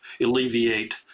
alleviate